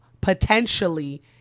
potentially